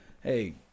Hey